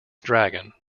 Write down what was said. dragon